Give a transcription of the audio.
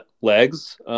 legs